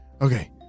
Okay